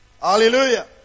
Hallelujah